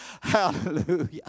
Hallelujah